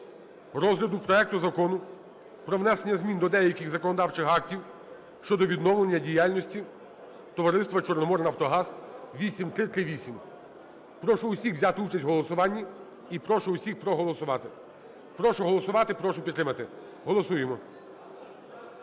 розгляду проекту Закону про внесення змін до деяких законодавчих актів щодо відновлення діяльності товариства "Чорноморнафтогаз" (8338). Прошу усіх взяти участь в голосуванні і прошу усіх проголосувати. Прошу голосувати, прошу підтримати, голосуємо.